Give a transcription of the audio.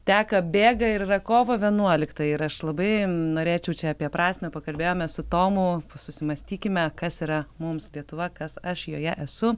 teka bėga ir yra kovo vienuoliktą ir aš labai norėčiau čia apie prasmę pakalbėjome su tomu susimąstykime kas yra mums lietuva kas aš joje esu